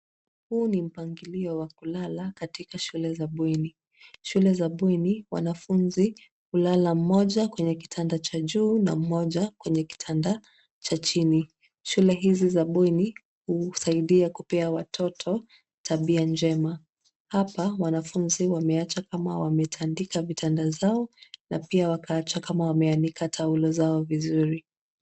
Huu ni mpangilio wa kulala, katika shule za bweni. Shule za bweni, wanafunzi, hulala mmoja kwenye kitanda cha juu na mmoja kwenye kitanda cha chini. Shule hizi za bweni, husaidia kupea watoto, tabia njema. Hapa, wanafunzi wameacha kama wametandika vitanda zao, na pia wakaacha kama wameanika taulo zao vizuri.